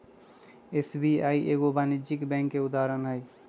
SBI एगो वाणिज्यिक bank के उदाहरण हइ